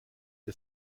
the